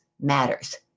matters